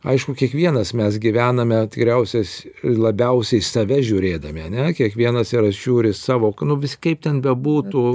aišku kiekvienas mes gyvename tikriausias labiausiai save žiūrėdami ane kiekvienas yra žiūri savo knu vis kaip ten bebūtų